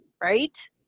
Right